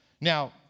Now